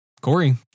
Corey